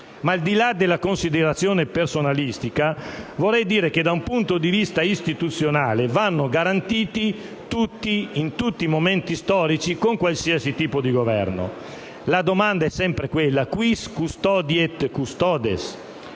Ma, al di là dalla considerazione personalistica, vorrei dire che, da un punto di vista istituzionale, vanno garantiti tutti, in tutti i momenti storici, con qualsiasi tipo di Governo. La domanda è sempre la stessa: *quis custodiet custodes*?